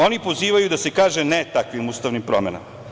Oni pozivaju da se kaže ne takvim ustavnim promenama.